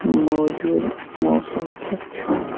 موجوٗدٕ موسم کیُتھ چھُ